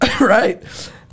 Right